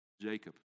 Jacob